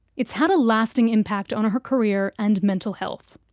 it's had a lasting impact on her career and mental health.